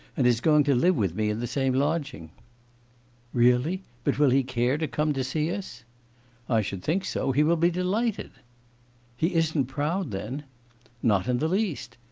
and is going to live with me in the same lodging really? but will he care to come to see us i should think so. he will be delighted he isn't proud, then not and the least.